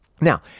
Now